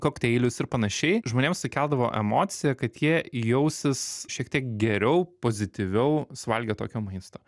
kokteilius ir panašiai žmonėm sukeldavo emociją kad jie jausis šiek tiek geriau pozityviau suvalgę tokio maisto